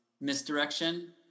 misdirection